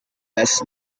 best